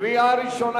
קריאה ראשונה.